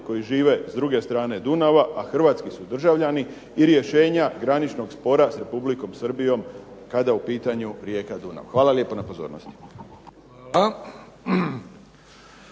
koji žive s druge strane Dunava, a hrvatski su državljani i rješenja graničnog spora s Republikom Srbijom kad je u pitanju rijeka Dunav. Hvala lijepo na pozornosti.